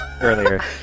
earlier